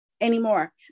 anymore